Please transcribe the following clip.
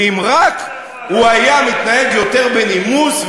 ואם רק הוא היה מתנהג יותר בנימוס,